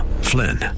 Flynn